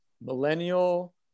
millennial